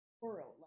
world